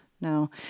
No